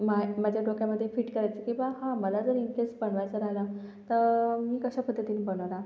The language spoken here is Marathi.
माय माझ्या डोक्यामध्ये फिट करायचं की बा हा मला जर इनकेस बनवायचं राहिला तर मी कशा पद्धतीनी बनवणार